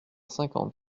cinquante